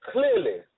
Clearly